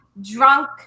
drunk